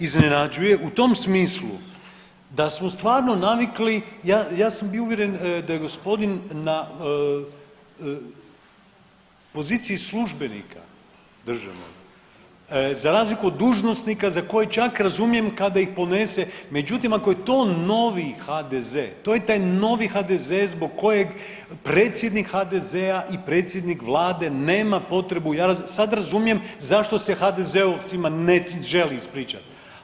iznenađuje u tom smislu da smo stvarno navikli, ja sam bio uvjeren da je gospodin na poziciji službenika državnog za razliku od dužnosnika za koji čak razumijem kada ih ponese, međutim ako je to noviji HDZ, to je taj novi HDZ zbog kojeg predsjednik HDZ-a i predsjednik Vlade nema potrebu, ja razumijem, sad razumijem zašto se HDZ-ovcima ne želi ispričati.